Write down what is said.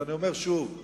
אני אומר שוב,